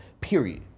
period